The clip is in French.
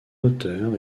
auteur